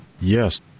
Yes